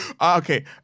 Okay